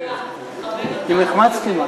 תכבד אותנו,